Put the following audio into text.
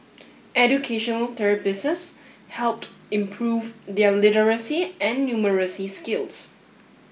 educational helped improve their literacy and numeracy skills